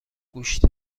گوشت